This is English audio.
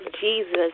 Jesus